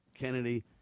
Kennedy